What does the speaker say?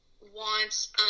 wants